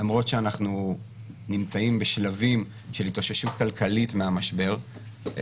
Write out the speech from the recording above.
למרות שאנחנו נמצאים בשלבים של התאוששות כלכלית מהמשבר,